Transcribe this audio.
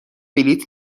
بلیط